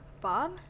bob